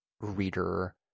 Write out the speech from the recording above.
reader